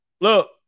Look